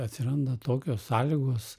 atsiranda tokios sąlygos